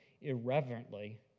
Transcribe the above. irreverently